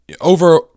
over